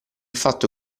fatto